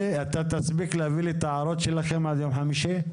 אתה תספיק להביא לי את ההערות שלכם עד יום חמישי?